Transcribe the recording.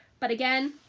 but again